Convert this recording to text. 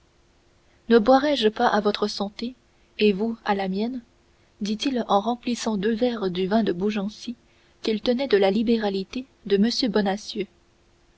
ne boirai je pas à votre santé et vous à la mienne dit-il en remplissant deux verres du vin de beaugency qu'il tenait de la libéralité de m